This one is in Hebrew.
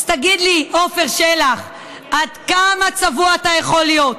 אז תגיד לי, עפר שלח, עד כמה צבוע אתה יכול להיות?